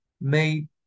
made